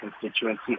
constituency